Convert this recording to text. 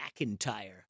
McIntyre